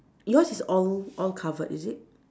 yours is all all covered is it